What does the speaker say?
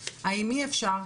מינהלי.